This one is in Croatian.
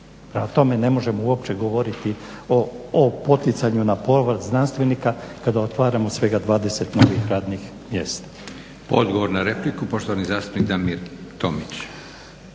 tome, ne možemo uopće govoriti o poticanju na povrat znanstvenika kada otvaramo svega 20 novih radnih mjesta. **Leko, Josip (SDP)** Odgovor na repliku, poštovani zastupnik Damir Tomić.